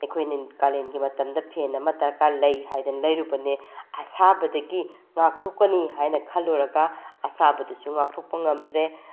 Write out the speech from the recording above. ꯑꯩꯈꯣꯏꯅ ꯀꯥꯂꯦꯟꯒꯤ ꯃꯇꯝꯗ ꯐꯦꯟ ꯑꯃ ꯗꯔꯀꯥꯔ ꯂꯩ ꯍꯥꯏꯗꯅ ꯂꯩꯔꯨꯕꯅꯦ ꯑꯁꯥꯕꯗꯒꯤ ꯉꯥꯛꯊꯣꯛꯀꯅꯤ ꯍꯥꯏꯅ ꯈꯜꯂꯨꯔꯒ ꯑꯁꯥꯕꯗꯨꯁꯨ ꯉꯥꯛꯊꯣꯛꯄ ꯉꯝꯗ꯭ꯔꯦ